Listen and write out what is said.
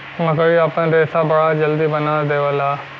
मकड़ी आपन रेशा बड़ा जल्दी बना देवला